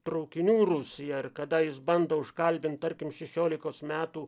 traukinių rusiją ir kada jis bando užkalbinti tarkim šešiolikos metų